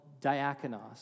diakonos